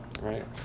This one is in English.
right